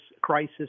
crisis